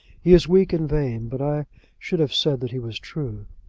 he is weak and vain, but i should have said that he was true.